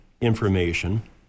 information